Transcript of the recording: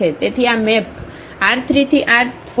તેથી આ map R3 થી R4 સુધી છે